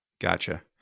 Gotcha